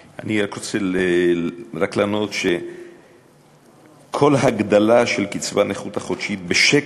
אני רק רוצה לענות שכל הגדלה של קצבת נכות חודשית בשקל,